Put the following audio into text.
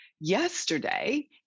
yesterday